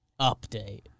update